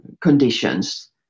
conditions